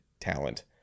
talent